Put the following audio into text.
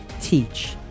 teach